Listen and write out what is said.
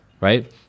Right